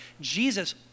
Jesus